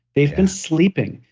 they've been sleeping.